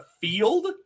field